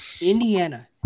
Indiana